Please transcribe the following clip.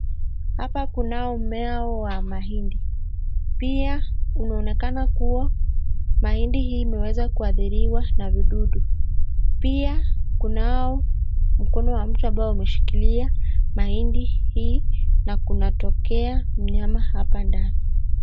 Hapa kunao mimea wa mahindi. Pia unaonekana kuwa mahindi hii imeweza kuadhiriwa na vidudu. Pia kunao mkono wa mtu ambao umeshikilia mahindi hii, na kunatokea mnyama hapa ndani.